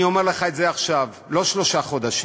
אני אומר לך את זה עכשיו, לא שלושה חודשים.